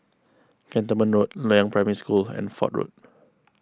Cantonment Road Loyang Primary School and Fort Road